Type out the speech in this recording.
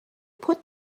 put